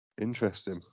interesting